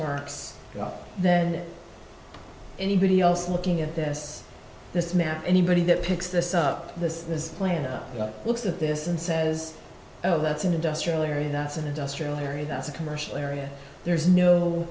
marks then anybody else looking at this this map anybody that picks this up this this plan looks at this and says oh that's an industrial area that's an industrial area that's a commercial area there's no